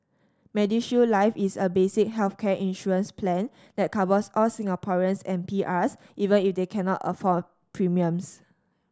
MediShield Life is a basic healthcare insurance plan that covers all Singaporeans and P R S even if they cannot afford premiums